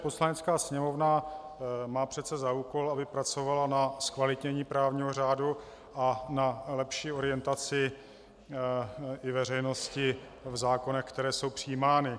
Poslanecká sněmovna má přece za úkol, aby pracovala na zkvalitnění právního řádu a na lepší orientaci i veřejnosti v zákonech, které jsou přijímány.